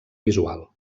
visual